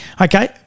Okay